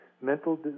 mental